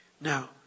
Now